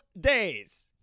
days